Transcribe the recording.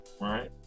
right